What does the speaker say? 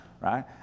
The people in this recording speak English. right